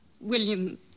William